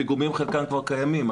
אמר שהפיגומים חלקם כבר קיימים,